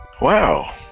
Wow